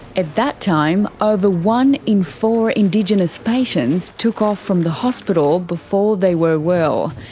at that time, over one in four indigenous patients took off from the hospital before they were well.